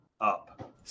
up